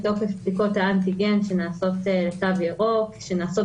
תוקף בדיקות האנטיגן לתו ירוק שנעשות בערב החג,